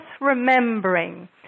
remembering